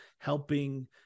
helping